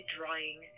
drawing